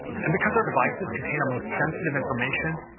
and because our devices contain our most sensitive information,